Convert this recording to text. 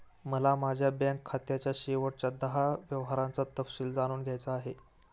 मला माझ्या बँक खात्याच्या शेवटच्या दहा व्यवहारांचा तपशील जाणून घ्यायचा आहे